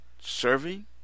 serving